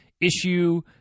issue